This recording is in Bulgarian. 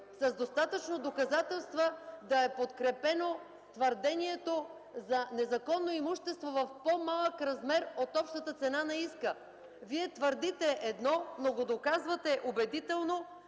с достатъчно доказателства да е подкрепено твърдението за незаконно имущество в по-малък размер от общата цена на иска. Вие твърдите едно, но го доказвате убедително